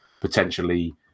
potentially